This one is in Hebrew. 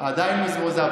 עדיין מזועזע,